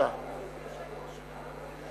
חבר הכנסת אלכס מילר.